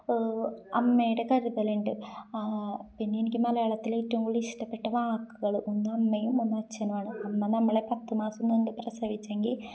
അമ്മയുടെ കരുതലുണ്ട് പിന്നെ എനിക്ക് മലയാളത്തില ഏറ്റവും കൂടുതൽ ഇഷ്ടപ്പെട്ട വാക്കുകൾ ഒന്ന് അമ്മയും ഒന്ന് അച്ഛനുമാണ് അമ്മ നമ്മളെ പത്ത് മാസം നൊന്ത് പ്രസവിച്ചെങ്കിൽ